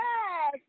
Yes